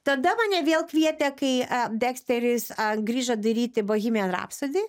tada mane vėl kvietė kai deksteris grįžo daryti bohemian rapsody